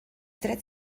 trets